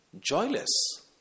joyless